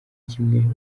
kimwe